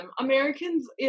Americans